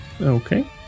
Okay